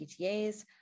PTAs